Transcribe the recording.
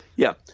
yeah,